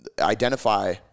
identify